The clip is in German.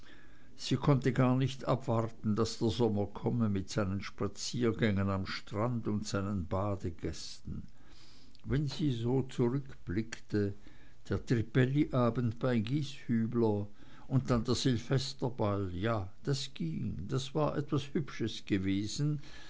sie konnte gar nicht abwarten daß der sommer komme mit seinen spaziergängen am strand und seinen badegästen wenn sie so zurückblickte der trippelli abend bei gieshübler und dann der silvesterball ja das ging das war etwas hübsches gewesen